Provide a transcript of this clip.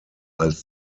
als